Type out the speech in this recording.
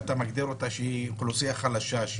אתה מגדיר אותה שהיא אוכלוסייה חלשה,